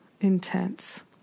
intense